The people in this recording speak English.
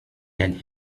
than